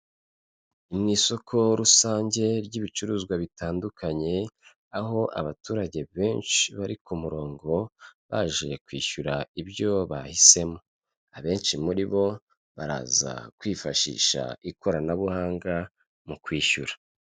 Ni mu isoko rusange ry'ibicuruzwa bitandukanye, aho abaturage benshi bari ku murongo baje kwishyura ibyo bahisemo, abenshi muri bo baraza kwifashisha ikoranabuhanga mu kwishyura.